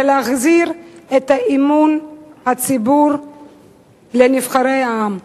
זה להחזיר את אמון הציבור בנבחרי העם.